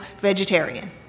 vegetarian